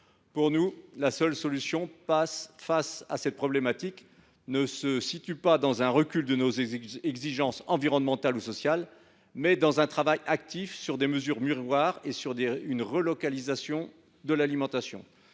Pour nous, la solution à cette problématique n’est pas à chercher dans un recul de nos exigences environnementales ou sociales, mais dans un travail actif sur des clauses miroir et sur une relocalisation de l’alimentation.